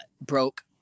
broke